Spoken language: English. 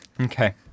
Okay